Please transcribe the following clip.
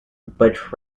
but